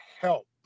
help